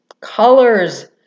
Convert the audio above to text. colors